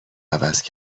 عوض